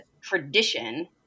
tradition